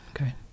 Okay